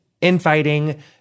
infighting